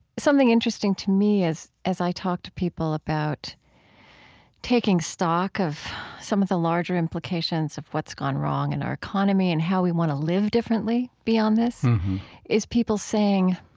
something interesting to me as as i talk to people about taking stock of some of the larger implications of what's gone wrong in our economy and how we want to live differently beyond this is people saying,